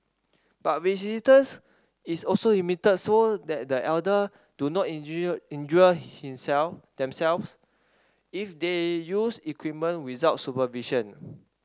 but resistance is also limited so that the elderly do not injure himself themselves if they use equipment without supervision